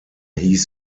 hieß